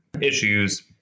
issues